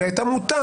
אלא היא הייתה מוטה